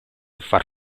far